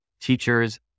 Teachers